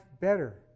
better